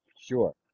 Sure